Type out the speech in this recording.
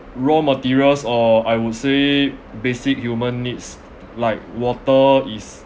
raw materials or I would say basic human needs like water is